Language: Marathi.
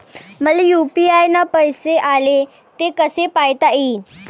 मले यू.पी.आय न पैसे आले, ते कसे पायता येईन?